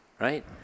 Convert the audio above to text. right